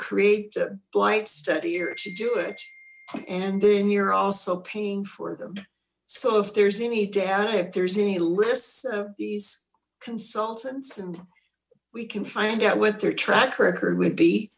create the blight study or to do it and then you're also paying for them so if there's any doubt if there's any lists of these consultants and we can find out what their track record would be